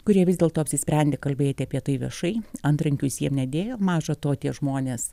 kurie vis dėlto apsisprendė kalbėti apie tai viešai antrankių jis jiem nedėjo maža to tie žmonės